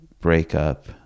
breakup